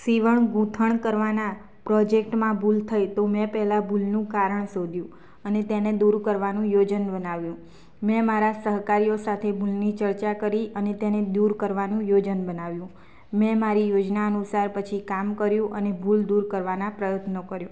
સિવણ ગૂંથણ કરવાના પ્રોજેક્ટમાં ભૂલ થઈ તો મેં પહેલા ભૂલનું કારણ શોધ્યું અને તેને દૂર કરવાનું યોજન બનાવ્યું મેં મારા સહકારીઓ સાથે ભૂલની ચર્ચા કરી અને તેને દૂર કરવાનું યોજન બનાવ્યું મેં મારી યોજના અનુસાર પછી કામ કર્યું અને ભૂલ દૂર કરવાના પ્રયત્નો કર્યો